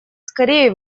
скорее